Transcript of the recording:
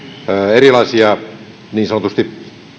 erilaisia niin sanotusti